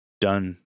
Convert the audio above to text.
done